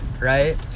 right